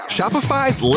Shopify's